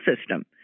system